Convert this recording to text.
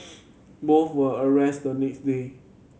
both were arrested the next day